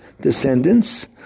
descendants